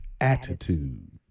Attitude